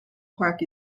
park